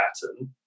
pattern